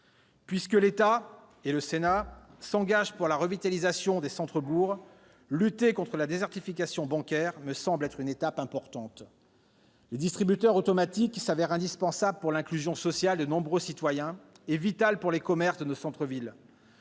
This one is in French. Puisque l'État, et le Sénat, s'engagent pour la revitalisation des centres-bourgs, lutter contre la désertification bancaire me semble une étape importante. Les distributeurs automatiques sont indispensables pour l'inclusion sociale de nombreux citoyens et vitaux pour les commerces de nos centres-villes.